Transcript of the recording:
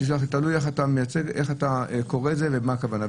תלוי איך אתה קורא את זה ומה הכוונה.